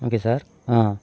okay sir